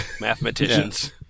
mathematicians